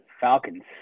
Falcons